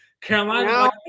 Carolina